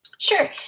Sure